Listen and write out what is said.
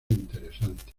interesantes